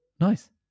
Nice